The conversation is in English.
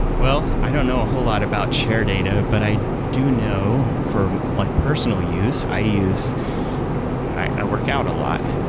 well, i don't know a whole lot about chair data. but i do know for my like personal use, i use i work out a lot.